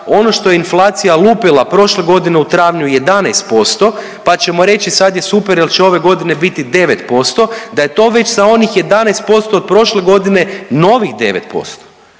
ono što je inflacija lupila prošle godine u travnju 11% pa ćemo reći sad je super je će ove godine biti 9%, da je to već za onih 11% od prošle godine novih 9%.